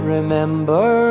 Remember